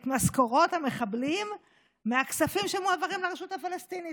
את משכורות המחבלים מהכספים שמועברים לרשות הפלסטינית.